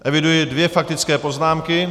Eviduji dvě faktické poznámky.